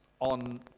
on